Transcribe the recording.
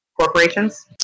corporations